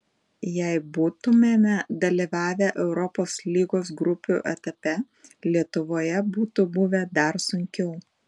jei būtumėme dalyvavę europos lygos grupių etape lietuvoje būtų buvę dar sunkiau